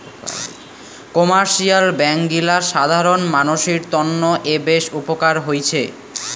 commercial bank গিলা সাধারণ মানসির তন্ন এ বেশ উপকার হৈছে